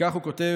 וכך הוא כותב